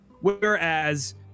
whereas